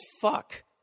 fuck